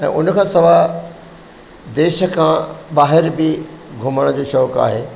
ऐं उन खां सवाइ देश खां ॿाहिरि बि घुमण जो शौक़ु आहे